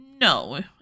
No